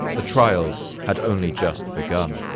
the trials had only just begun.